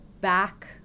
back